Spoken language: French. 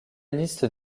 liste